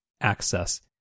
access